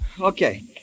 Okay